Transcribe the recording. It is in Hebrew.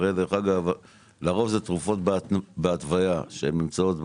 הרי דרך אגב לרוב זה תרופות בהתוויה שהן נמצאות בארץ,